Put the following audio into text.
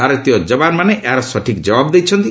ଭାରତୀୟ ଯବାନମାନେ ଏହାର ସଠିକ୍ ଜବାବ ଦେଇଛନ୍ତି